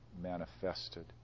manifested